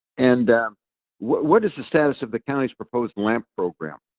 and what what is the status of the county's proposed land program?